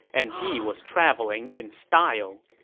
and he was traveling in style.